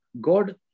God